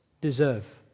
deserve